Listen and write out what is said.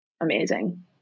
amazing